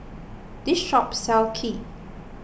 this shop sells Kheer